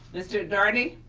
mr doherty.